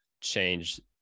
change